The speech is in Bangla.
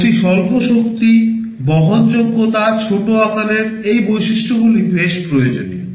অতি স্বল্প শক্তি বহনযোগ্যতা ছোট আকারের এই বৈশিষ্ট্যগুলি বেশ প্রয়োজনীয়